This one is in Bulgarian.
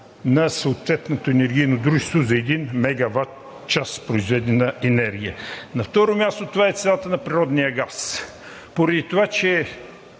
на съответното енергийно дружество за един мегаватчас произведена енергия. На второ място, това е цената на природния газ. Поради това, че